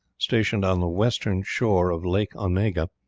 stationed on the western shore of lake onega,